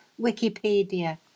Wikipedia